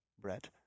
Brett